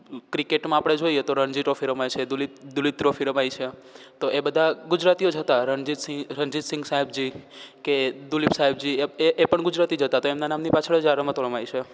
ક્રિકેટમાં આપણે જોઈએ તો રણજી ટ્રોફી રમાય છે દુલિપ દુલિપ ટ્રોફી રમાય છે તો એ બધા ગુજરાતીઓ જ હતા રણજિત સિંહ આ રણજિત સિંગજી સાએબજી કે દુલિપ સાહેબજી એ પણ ગુજરાતી જ હતા તો એમના નામની પાછળ જ આ રમતો રમાય છે